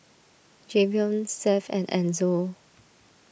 Jayvion Seth and Enzo